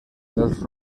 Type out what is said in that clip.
dels